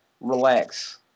Relax